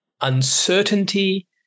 uncertainty